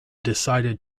decided